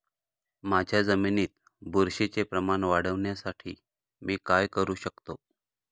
माझ्या जमिनीत बुरशीचे प्रमाण वाढवण्यासाठी मी काय करू शकतो?